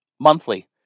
monthly